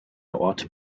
ort